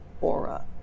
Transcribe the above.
aura